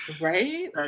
right